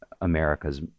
america's